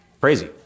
Crazy